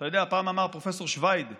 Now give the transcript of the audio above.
אתה יודע, פעם אמר פרופ' שביד לפרופ'